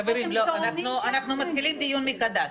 אנחנו מתחילים דיון מחדש.